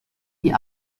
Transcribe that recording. die